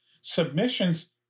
submissions